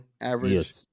average